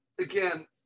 again